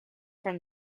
from